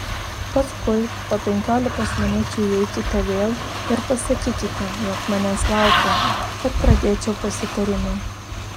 paskui po penkiolikos minučių įeikite vėl ir pasakykite jog manęs laukia kad pradėčiau pasitarimą